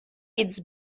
eats